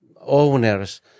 owners